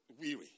weary